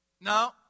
no